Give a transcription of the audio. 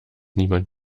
niemand